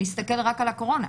להסתכל רק על הקורונה.